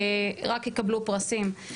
רק יקבלו פרסים.